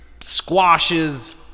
squashes